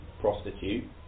prostitute